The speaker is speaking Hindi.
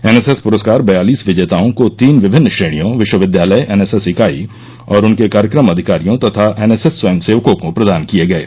एनएसएस पुरस्कार बसालिस विजेताओं को तीन विभिन्न श्रेणियों विश्वविद्यालय एनएसएस इकाई और उनके कार्यक्रम अधिकारियों तथा एनएसएस स्वयंसेवकों को प्रदान किए गये